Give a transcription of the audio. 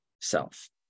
self